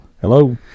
Hello